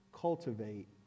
cultivate